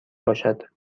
باشد